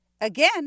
Again